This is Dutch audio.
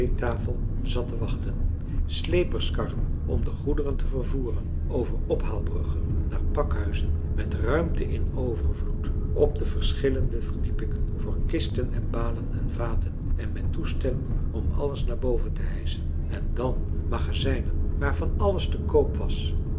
theetafel zat te wachten sleeperskarren om de goederen te vervoeren over ophaalbruggen naar pakhuizen met ruimte in overvloed op de verschillende verdiepingen voor kisten en balen en vaten en met toestellen om alles naar boven te hijschen en dan magazijnen waar van alles te koop was